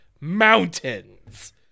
Mountains